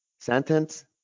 sentence